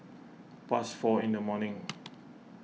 past four in the morning